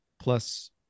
plus